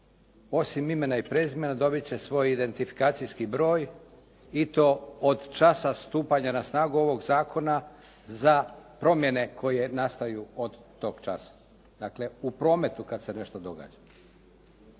osim imena i prezimena dobiti će svoj identifikacijski broj i to od časa stupanja na snagu ovog zakona za promjene koje nastaju od tog časa. Dakle, u prometu kad se nešto događa.